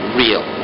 real